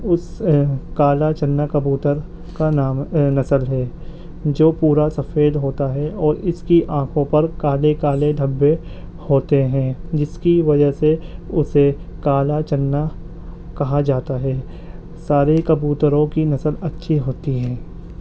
اس کالا چنا کبوتر کا نام نسل ہے جو پورا سفید ہوتا ہے اور اس کی آنکھوں پر کالے کالے دھبے ہوتے ہیں جس کی وجہ سے اسے کالا چنا کہا جاتا ہے سارے کبوتروں کی نسل اچھی ہوتی ہیں